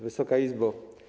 Wysoka Izbo!